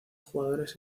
jugadores